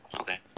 Okay